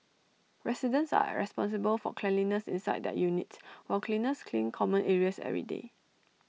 residents are responsible for cleanliness inside their units while cleaners clean common areas every day